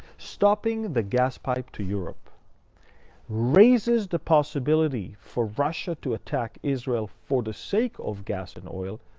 stopping the gas pipe to europe raises the possibility for russia to attack israel for the sake of gas and oil,